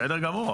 בסדר גמור.